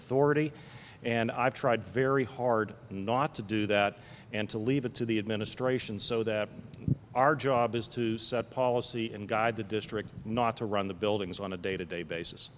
authority and i've tried very hard not to do that and to leave it to the administration so that our job is to set policy and guide the district not to run the buildings on a day to day